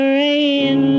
rain